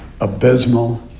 abysmal